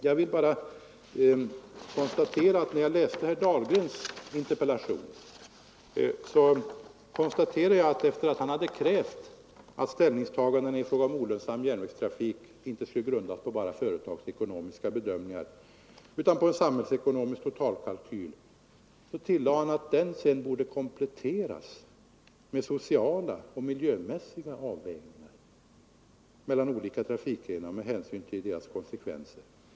Jag konstaterade att herr Dahlgren i sin interpellation, efter att ha krävt att ställningstagandena i fråga om olönsam järnvägstrafik inte skulle grundas enbart på företagsekonomiska bedömningar utan på en samhällekonomisk totalkalkyl, tillade att den sedan borde kompletteras med sociala och miljömässiga avvägningar mellan olika trafikgrenar och med hänsyn till deras konsekvenser.